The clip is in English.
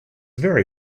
very